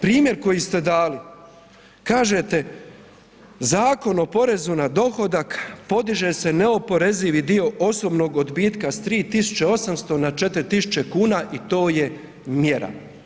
Primjer koji ste dali, kažete, Zakon o porezu na dohodak, podiže se neoporezivi dio osobnog odbitka s 3800 na 4000 kuna i to je mjera.